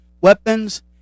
weapons